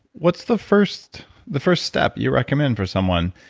what's the first the first step you recommend for someone?